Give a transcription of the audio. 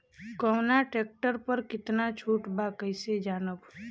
कवना ट्रेक्टर पर कितना छूट बा कैसे जानब?